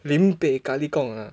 lim-peh kaligong ah